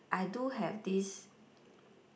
I do have these